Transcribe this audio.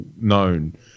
known